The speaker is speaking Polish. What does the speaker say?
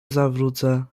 zawrócę